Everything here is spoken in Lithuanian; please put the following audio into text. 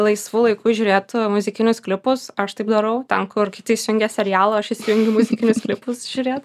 laisvu laiku žiūrėtų muzikinius klipus aš taip darau ten kur kiti įsijungia serialą o aš įsijungiu muzikinius klipus žiūrėt